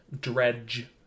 Dredge